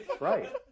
right